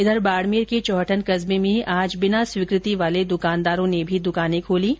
इधर बाड़मेर के चौहटन कस्बे में आज बिना स्वीकृति वाले द्रकानदारों ने भी दुकानें खोलीं